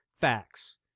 facts